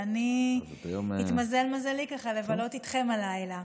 ואני התמזל מזלי לבלות איתכם הלילה.